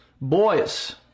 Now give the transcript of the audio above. boys